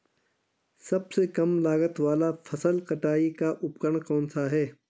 सबसे कम लागत वाला फसल कटाई का उपकरण कौन सा है?